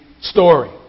story